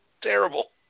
terrible